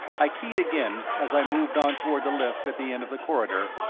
i keyed again as i moved on toward the lift at the end of the corridor,